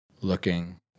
looking